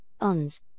ONS